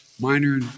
minor